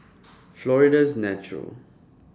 Florida's Natural